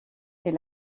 est